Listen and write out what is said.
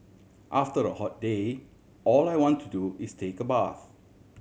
after a hot day all I want to do is take a bath